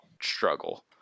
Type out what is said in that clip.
struggle